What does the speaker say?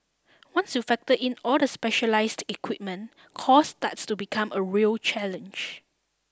once you factor in all of the specialised equipment cost starts to become a real challenge